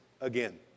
again